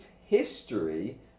history